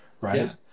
Right